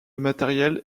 matériel